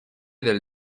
del